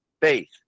faith